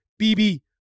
BB